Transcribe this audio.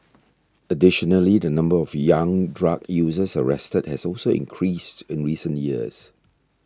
additionally the number of young drug users arrested has also increased in recent years